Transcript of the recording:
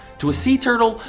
to a sea turtle?